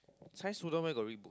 science study where got read book